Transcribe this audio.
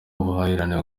ubuhahirane